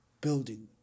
building